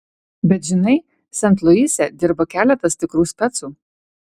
bet žinai sent luise dirba keletas tikrų specų